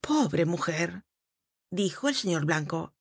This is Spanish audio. pobre mujer dijo el señor blanco